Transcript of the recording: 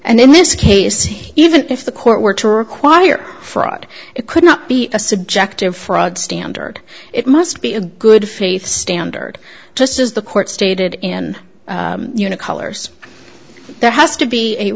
and in this case even if the court were to require fraud it could not be a subjective fraud standard it must be a good faith standard just as the court stated in colors there has to be a